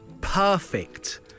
perfect